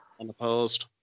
unopposed